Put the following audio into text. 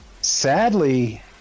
Sadly